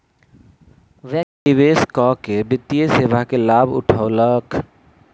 व्यक्ति निवेश कअ के वित्तीय सेवा के लाभ उठौलक